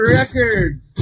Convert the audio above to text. records